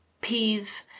peas